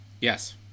Yes